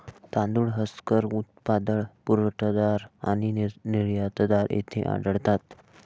तांदूळ हस्कर उत्पादक, पुरवठादार आणि निर्यातदार येथे आढळतात